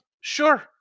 Sure